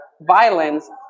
violence